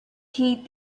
heed